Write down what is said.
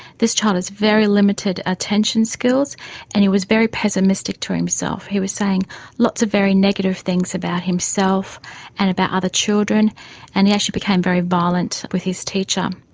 this child has very limited attention skills and he was very pessimistic to himself, he was saying lots of very negative things about himself and about other children and he actually became very violent with his teacher.